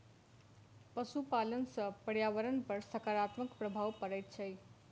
पशुपालन सॅ पर्यावरण पर साकारात्मक प्रभाव पड़ैत छै